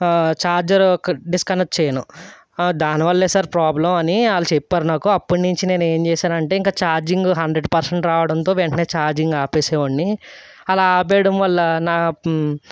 charger క disconnect చేయను దాని వల్లే సార్ ప్రాబ్లెమ్ అని వాళ్ళు చెప్పారు నాకు అప్పుడు నుంచి నేను ఏం చేసానంటే ఇంకా చార్జింగ్ హండ్రెడ్ పర్సెంట్ రావడంతో వెంటనే చార్జింగ్ ఆపేసేవాన్ని అలా ఆపేయడం వల్ల నాకు మ్